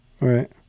right